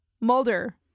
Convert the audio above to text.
Mulder